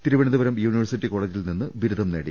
Thiruvananthapuram university കോളജിൽ നിന്നും ബിരുദം നേടി